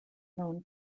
known